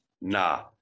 nah